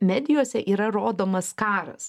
medijose yra rodomas karas